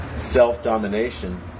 Self-domination